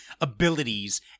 abilities